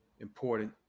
important